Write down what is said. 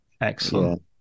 excellent